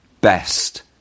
Best